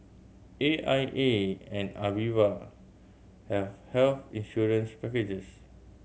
A I A and Aviva have health insurance packages